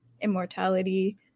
immortality